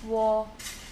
我